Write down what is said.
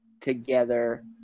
together